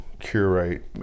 curate